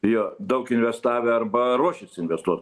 jo daug investavę arba ruošiasi investuot